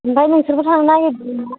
आमफाय नोंसोरबो थांनो नागिरदों ना